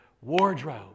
wardrobe